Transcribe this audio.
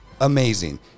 amazing